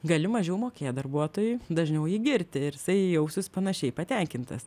gali mažiau mokėt darbuotojai dažniau jį girti ir jisai jausis panašiai patenkintas